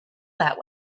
that